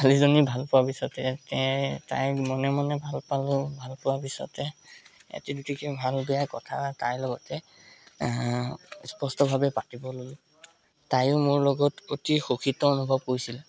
ছোৱালীজনী ভাল পোৱা পিছতে তাইক মনে মনে ভাল পালোঁ ভাল পোৱা পিছতে এটি দুটিকৈ ভাল বেয়া কথা তাইৰ লগতে স্পষ্টভাৱে পাতিব ল'লোঁ তায়ো মোৰ লগত অতি সুখীত অনুভৱ কৰিছিল